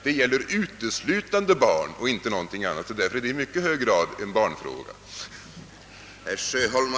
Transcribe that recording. Det gäller uteslutande barn, och därför är detta i mycket hög grad en barnfråga.